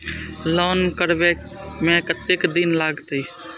Loan करबे में कतेक दिन लागते?